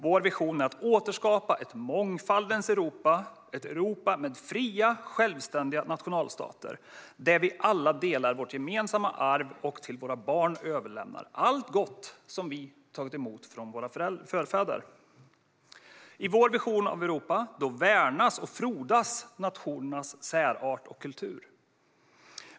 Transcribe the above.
Vår vision är att återskapa ett mångfaldens Europa, ett Europa med fria självständiga nationalstater, där vi alla delar vårt gemensamma arv och till våra barn överlämnar allt gott som vi har tagit emot från våra förfäder. I vår vision om Europa värnas och frodas nationernas särart och kultur.